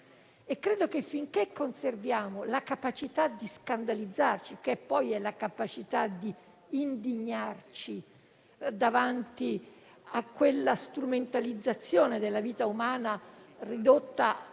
Credo che finché conserviamo la capacità di scandalizzarci, che poi è la capacità di indignarci davanti a quella strumentalizzazione della vita umana ridotta a bene